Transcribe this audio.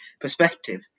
perspective